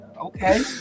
Okay